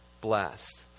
blessed